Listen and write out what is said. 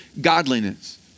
godliness